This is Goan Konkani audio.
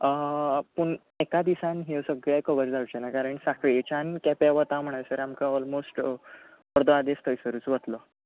पूण एका दिसान ह्यो सगळें कवर जावचें ना कारण सांखळेच्यान केंप्यां वता म्हणसर आमकां ऑलमोस्ट ओर्दो आदेस थंयसरूच वत्लो